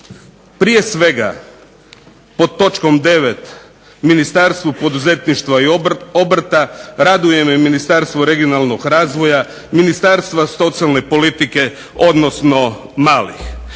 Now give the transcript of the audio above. prije svega pod točkom 9. Ministarstvu poduzetništva i obrta, raduje me Ministarstvo regionalnog razvoja, Ministarstvo socijalne politike odnosno malih.